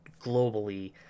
globally